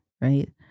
right